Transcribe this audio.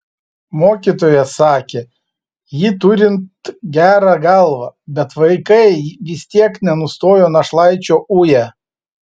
mokytojas sakė jį turint gerą galvą bet vaikai vis tiek nenustojo našlaičio uję